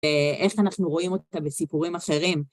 איך אנחנו רואים אותה בסיפורים אחרים?